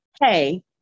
hey